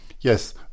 yes